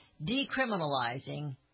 decriminalizing